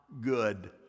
good